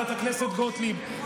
חברת הכנסת גוטליב,